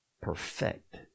perfect